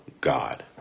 God